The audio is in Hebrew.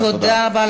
תודה רבה.